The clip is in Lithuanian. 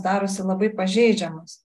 darosi labai pažeidžiamas